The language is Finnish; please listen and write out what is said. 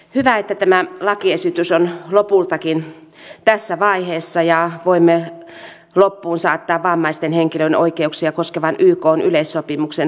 hyvä että tämä lakiesitys on lopultakin tässä vaiheessa ja voimme loppuunsaattaa vammaisten henkilöiden oikeuksia koskevan ykn yleissopimuksen ratifioinnin